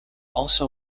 also